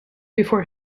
before